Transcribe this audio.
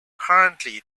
currently